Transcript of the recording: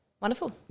wonderful